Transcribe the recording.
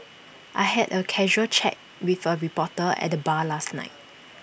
I had A casual chat with A reporter at the bar last night